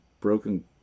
broken